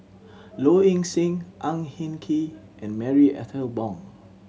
Low Ing Sing Ang Hin Kee and Marie Ethel Bong